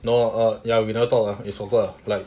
no err ya we never talk ah is over like